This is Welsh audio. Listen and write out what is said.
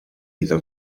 iddo